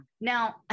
Now